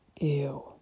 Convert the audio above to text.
Ew